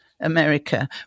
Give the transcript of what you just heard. America